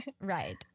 Right